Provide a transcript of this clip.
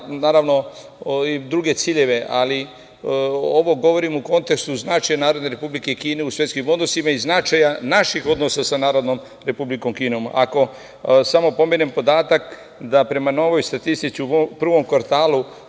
naravno, i druge ciljeve, ali ovo govorim u kontekstu značaja Narodne Republike Kine u svetskim odnosima i značaja naših odnosa sa Narodnom Republikom Kinom. Ako samo pomenem podatak da prema novoj statistici u prvom kvartalu